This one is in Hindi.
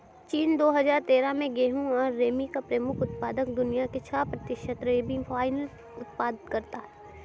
चीन, दो हजार तेरह में गेहूं और रेमी का प्रमुख उत्पादक, दुनिया के छह प्रतिशत रेमी फाइबर का उत्पादन करता है